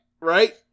right